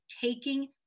Taking